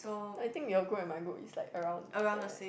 I think your group and my group is like around there